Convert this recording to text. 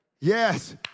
Yes